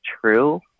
true